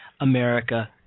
America